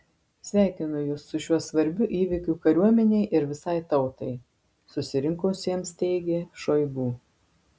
sveikinu jus su šiuo svarbiu įvykiu kariuomenei ir visai tautai susirinkusiems teigė šoigu